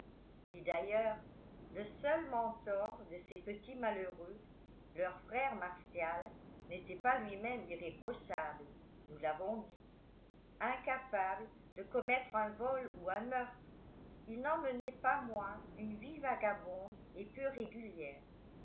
et d'ailleurs le seul mentor de ces petits malheureux leur frère martial n'était pas lui-même irréprochable nous l'avons dit incapable de commettre un vol ou un meurtre il n'en menait pas moins une vie vagabonde et peu régulière